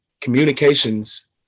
communications